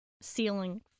Ceiling